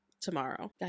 tomorrow